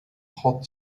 hot